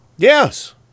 Yes